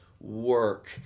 work